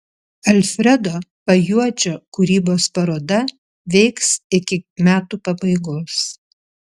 alfredo pajuodžio kūrybos paroda veiks iki metų pabaigos